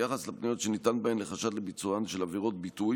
ביחס לפניות שנטען בהן לחשד לביצוען של עבירות ביטוי